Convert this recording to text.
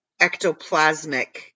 ectoplasmic